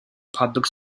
public